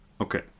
Okay